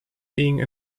being